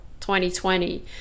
2020